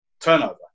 turnover